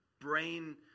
brain